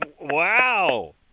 Wow